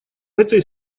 этой